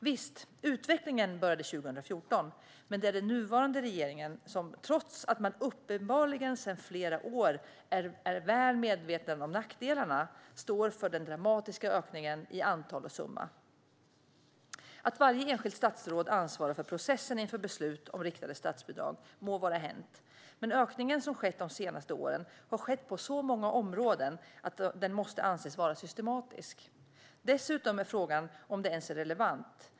Visst började utvecklingen 2014, men det är den nuvarande regeringen som står för den dramatiska ökningen i antal och summa trots att man uppenbarligen sedan flera år är väl medveten om nackdelarna. Att varje enskilt statsråd ansvarar för processen inför beslut om riktade statsbidrag må vara hänt. Men den ökning som skett de senaste åren har skett på så många områden att den måste anses vara systematisk. Dessutom är frågan om det ens är relevant.